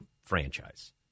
franchise